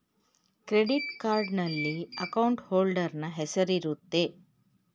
credit ಕಾರ್ಡ್ನಲ್ಲಿ account holder ನ ಹೆಸರಿರುತ್ತೆ